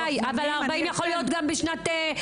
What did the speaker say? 40 יכול להיות גם ב-2050.